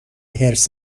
حرص